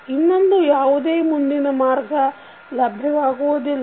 ಇನ್ನೊಂದು ಯಾವುದೇ ಮುಂದಿನ ಮಾರ್ಗ ಲಭ್ಯವಾಗುವುದಿಲ್ಲ